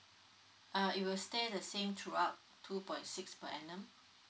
uh it will stay the same throughout two point six per annum